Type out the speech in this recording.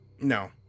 No